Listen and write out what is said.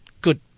good